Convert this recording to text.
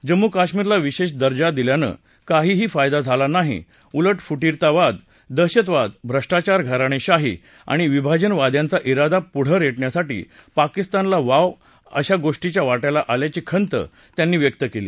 जम्मू कश्मीरला विशेष दर्जा दिल्यानं काहीही फायदा झाला नाही उलट फुटीरवाद दहशतवाद भ्रष्टाचार घराणेशाही आणि विभाजनवाद्यांचा िंदा पुढं रेटण्यासाठी पाकिस्तानला वाव अशा गोष्टीच वाटयाला आल्या अशी खंत त्यांनी व्यक्त केली